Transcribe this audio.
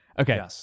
Okay